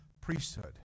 priesthood